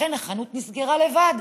לכן החנות נסגרה לבד.